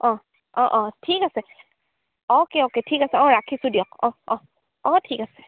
অঁ অঁ অঁ ঠিক আছে অ'কে অ'কে ঠিক আছে অঁ ৰাখিছোঁ দিয়ক অঁ অঁ অঁ ঠিক আছে